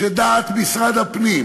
שדעת משרד הפנים